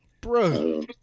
bro